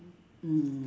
mm